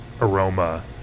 aroma